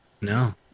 No